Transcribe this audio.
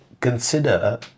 consider